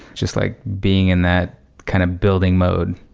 just like being in that kind of building mode.